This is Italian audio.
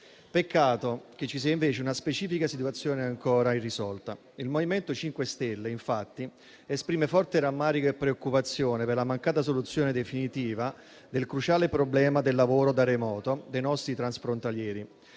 Peccato che ci sia invece una specifica situazione ancora irrisolta. Il MoVimento 5 Stelle, infatti, esprime forte rammarico e preoccupazione per la mancata soluzione definitiva del cruciale problema del lavoro da remoto dei nostri transfrontalieri;